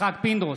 יצחק פינדרוס,